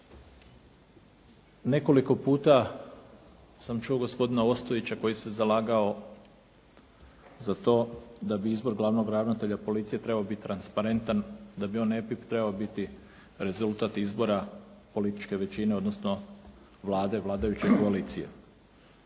Nekoliko puta sam čuo gospodina Ostojića koji se zalagao za to da bi izbor glavnog ravnatelja policije trebao biti transparentan, da on ne bi trebao biti rezultat izbora političke većine, odnosno Vlade, vladajuće koalicije.